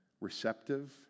receptive